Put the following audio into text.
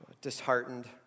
Disheartened